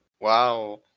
Wow